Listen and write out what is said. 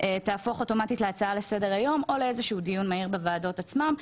תהפוך אוטומטית להצעה לסדר היום או לאיזשהו דיון מהיר בוועדות עצמן,